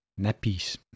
nappies